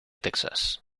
texas